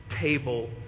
table